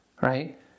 right